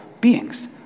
beings